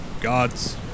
gods